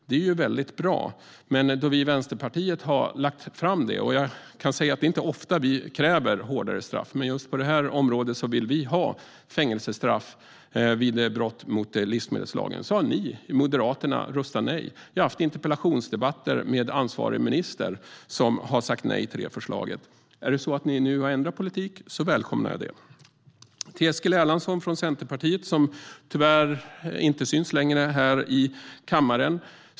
Det är väldigt bra, men när vi i Vänsterpartiet har föreslagit det - och det är inte ofta som vi kräver hårdare straff, men just på det här området vill vi att det ska införas fängelsestraff vid brott mot livsmedelslagen - har ni i Moderaterna röstat nej. Vi har haft interpellationsdebatter med ansvarig minister som har sagt nej till det förslaget. Om ni nu har ändrat politik, så välkomnar jag det. Eskil Erlandsson från Centerpartiet har tyvärr har lämnat kammaren.